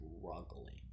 struggling